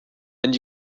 and